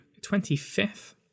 25th